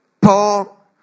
Paul